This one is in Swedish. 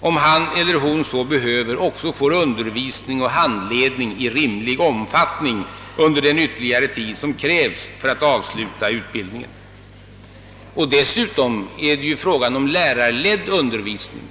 om han eller hon så behöver, också får undervisning och handledning i rimlig omfattning under den ytterligare tid som krävs för att avsluta utbildningen. Dessutom är det fråga om lärarledd undervisning.